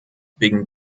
wegen